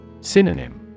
Synonym